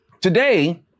Today